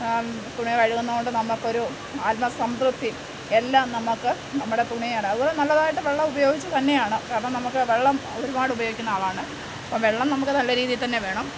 തുണി കഴുകുന്നതുകൊണ്ട് നമുക്ക് ഒരു ആത്മസംതൃപ്തി എല്ലാം നമുക്ക് നമ്മുടെ തുണിയാണ് അതുപോലെ നല്ലതായിട്ട് വെള്ളം ഉപയോഗിച്ച് തന്നെയാണ് അപ്പം നമുക്ക് വെള്ളം ഒരുപാട് ഉപയോഗിക്കുന്ന ആളാണ് അപ്പോൾ വെള്ളം നമുക്ക് നല്ല രീതിയിൽ തന്നെ വേണം